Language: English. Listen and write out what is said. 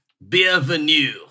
Bienvenue